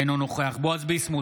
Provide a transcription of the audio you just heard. אינו נוכח בועז ביסמוט,